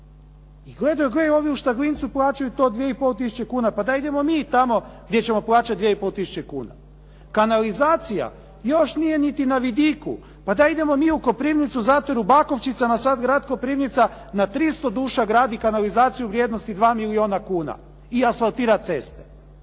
I gledaju, gle ovi u Štaglincu plaćaju to 2,5 tisuće kuna. Pa daj, idemo i mi tamo gdje ćemo plaćati 2,5 tisuće kuna. Kanalizacija još nije niti na vidiku. Pa daj idemo mi u Koprivnicu zato jer u Bakovčicama sad Grad Koprivnica na 300 duša gradi kanalizaciju u vrijednosti 2 milijuna kuna i asfaltira ceste.